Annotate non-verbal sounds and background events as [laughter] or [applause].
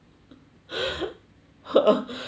[noise] I